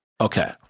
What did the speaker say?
Okay